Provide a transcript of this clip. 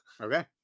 Okay